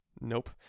nope